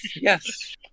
Yes